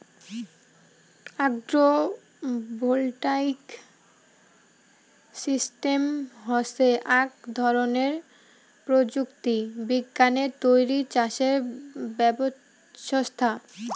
agro voltaic system হসে আক ধরণের প্রযুক্তি বিজ্ঞানে তৈরী চাষের ব্যবছস্থা